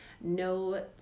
No